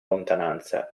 lontananza